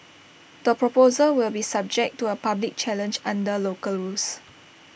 the proposal will be subject to A public challenge under local rules